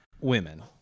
women